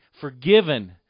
forgiven